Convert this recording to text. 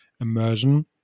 immersion